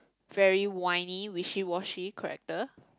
very whiny wishy washy character